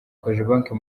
cogebanque